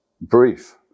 brief